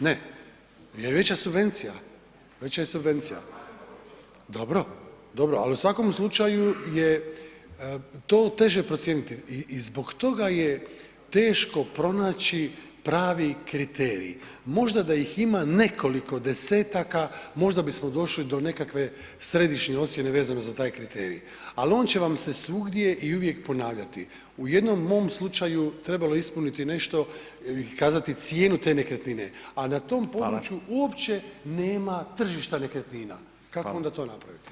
Ne, jer je veća subvencija, veća je subvencija. … [[Upadica sa strane, ne razumije se.]] Dobro, dobro ali u svakom slučaju je to teže procijeniti i zbog toga je teško pronaći pravi kriterij, možda da ih ima nekoliko desetaka, možda bismo došli do nekakve središnje ocjene vezano za taj kriterij ali on će vam se svugdje i uvijek ponavljati, u jednom mom slučaju trebalo je ispuniti nešto i kazati cijenu te nekretnine, a na tom području uopće nema tržišta nekretnina, kako onda to napraviti?